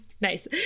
Nice